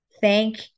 Thank